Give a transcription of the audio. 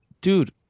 Dude